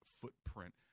footprint